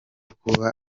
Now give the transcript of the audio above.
kuba